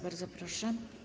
Bardzo proszę.